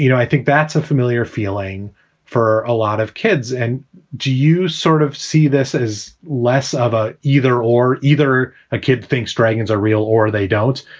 you know i think that's a familiar feeling for a lot of kids. and do you sort of see this as less of a either or either a kid thinks dragons are real or they don't.